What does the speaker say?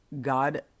God